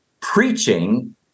preaching